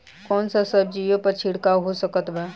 कौन सा सब्जियों पर छिड़काव हो सकत बा?